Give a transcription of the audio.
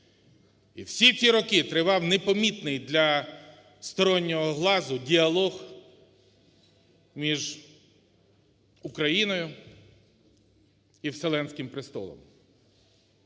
І всі ці роки тривав непомітний для стороннього глазу діалог між Україною і Вселенським престолом.